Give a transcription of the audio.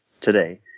today